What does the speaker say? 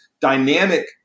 dynamic